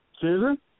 Susan